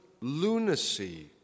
lunacy